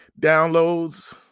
downloads